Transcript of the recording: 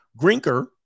Grinker